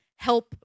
help